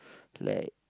like